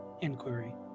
inquiry